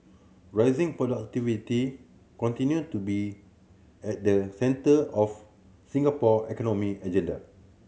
raising productivity continue to be at the centre of Singapore economic agenda